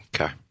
Okay